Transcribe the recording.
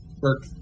work